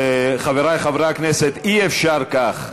חברי חברי הכנסת, אי-אפשר כך.